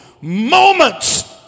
moments